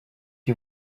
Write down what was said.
you